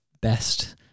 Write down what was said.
best